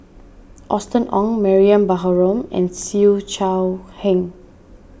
Austen Ong Mariam Baharom and Siew Shaw Heng